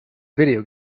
video